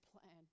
plan